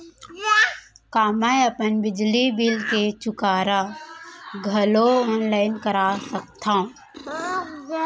का मैं अपन बिजली बिल के चुकारा घलो ऑनलाइन करा सकथव?